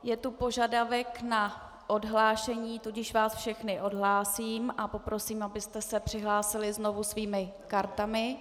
Je tu požadavek na odhlášení, tudíž vás všechny odhlásím a poprosím, abyste se přihlásili znovu svými kartami.